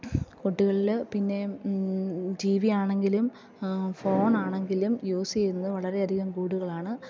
കുട്ടികളിലെ പിന്നെ T V ആണെങ്കിലും ഫോൺ ആണെങ്കിലും യൂസ് ചെയ്യുന്നത് വളരെയധികം കുട്ടികളാണ്